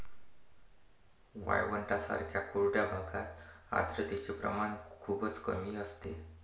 वाळवंटांसारख्या कोरड्या भागात आर्द्रतेचे प्रमाण खूपच कमी असते